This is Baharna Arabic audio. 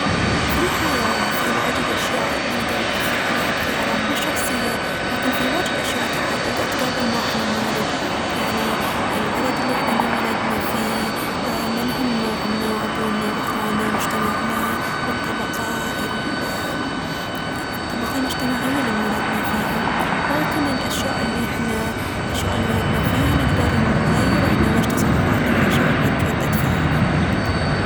في الحياة في واجد أشياء نقدر نأثر عليها بخياراتنا الشخصية، لكن في واجد أشياء تحددت قبل ما احنا نولد. يعني البلد اللي احنا انولدنا فيه، من هم امنا وابونا واخوانا ومجتمعنا والطبقة ال- الطبقة المجتمعية اللي انولدنا فيها. ولكن الأشياء اللي احنا الأشياء اللي أنولدنا فيها نقدر نغير احنا ويش تصرفاتنا وويش ردة فعلنا.